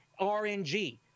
RNG